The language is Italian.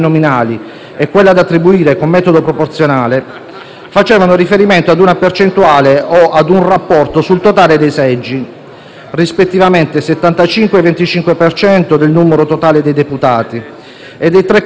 facevano riferimento a una percentuale o a un rapporto sul totale dei seggi (rispettivamente del 75 e 25 per cento del numero totale dei deputati e dei tre quarti e un quarto dei senatori di ciascuna Regione),